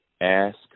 ask